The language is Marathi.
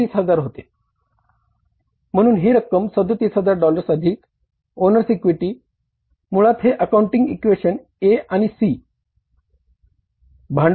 म्हणून ही रक्कम 37000 डॉलर्स अधिक ओनर्स इक्विटी काय आहे